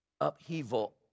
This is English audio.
upheaval